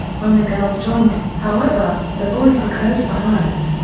when the girls joined, however, the boys were close behind.